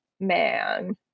man